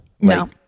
No